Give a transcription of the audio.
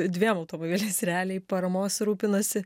dviem automobiliais realiai paramos rūpinosi